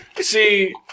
see